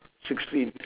sixteen